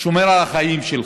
שומר על החיים שלך,